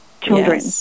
children